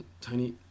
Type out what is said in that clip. tiny